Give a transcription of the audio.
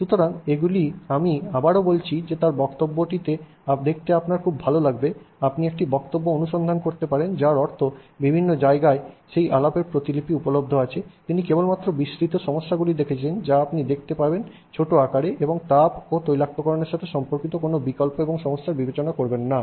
সুতরাং এগুলি আমি আবারো বলছি যে তাঁর বক্তব্যটি দেখতে আপনার খুব ভাল লাগবে আপনি একটি বক্তব্য অনুসন্ধান করতে পারেন যার অর্থ বিভিন্ন জায়গায় সেই আলাপের প্রতিলিপি উপলব্ধ আছে তিনি কেবলমাত্র বিস্তৃত সমস্যাগুলি দেখেছেন যা আপনি দেখতে পাবেন ছোট আকারে এবং তাপ এবং তৈলাক্তকরণের সাথে সম্পর্কিত কোনও বিকল্প এবং সমস্যা বিবেচনা করবেন না